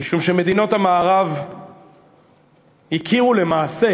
משום שמדינות המערב הכירו למעשה